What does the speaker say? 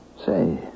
Say